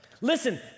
Listen